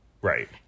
Right